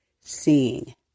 seeing